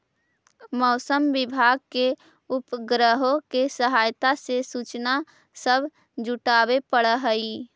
मौसम विभाग के उपग्रहों के सहायता से सूचना सब जुटाबे पड़ हई